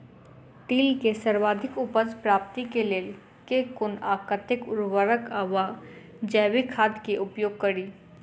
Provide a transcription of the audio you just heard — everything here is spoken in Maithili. तिल केँ सर्वाधिक उपज प्राप्ति केँ लेल केँ कुन आ कतेक उर्वरक वा जैविक खाद केँ उपयोग करि?